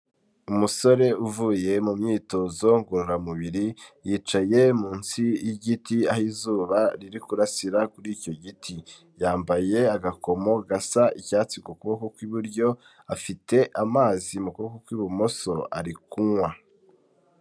Umusore uvuye mu myitozo ngororamubiri yicaye munsi y'igiti, aho izuba riri kurasira kuri icyo giti yambaye agakomo gasa icyatsi kuboko kw'iburyo afite amazi mu kuboko kw'ibumoso ari kunywa.